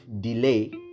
delay